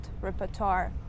repertoire